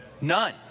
None